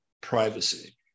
privacy